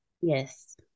Yes